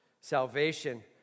Salvation